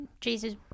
Jesus